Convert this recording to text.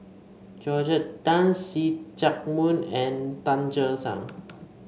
Georgette Tan See Chak Mun and Tan Che Sang